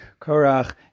Korach